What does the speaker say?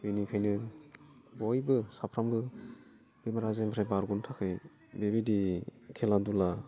बेनिखायनो बयबो साफ्रोमबो बेमार आजारनिफ्राय बारग'नो थाखाय बेबायदि खेला धुला